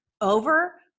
over